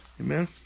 Amen